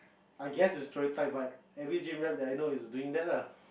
I guess is stereotype but every gym rat that I know is doing that lah